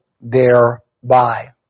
thereby